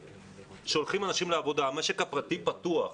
שולחים אנשים לעבודה, המשק הפרטי פתוח.